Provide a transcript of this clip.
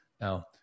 Now